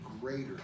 greater